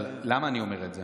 למה אני אומר את זה?